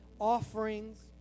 offerings